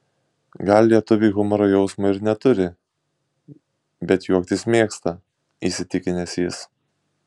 gal lietuviai humoro jausmo ir neturi bet juoktis mėgsta įsitikinęs jis